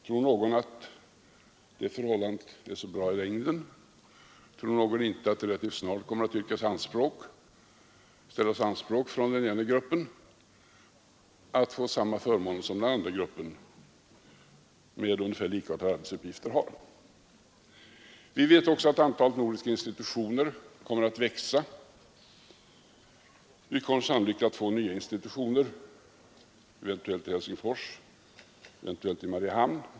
Tror någon att det förhållandet är bra i längden? Tror någon inte att det relativt snart kommer att ställas anspråk från den ena gruppen att få samma förmåner som den andra gruppen med ungefär likartade arbetsuppgifter? Vi vet också att antalet nordiska institutioner kommer att växa. Vi kommer sannolikt att få nya institutioner, eventuellt i Helsingfors och Mariehamn.